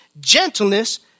gentleness